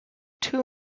two